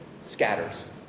scatters